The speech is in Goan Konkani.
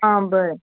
आ बरें